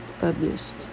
published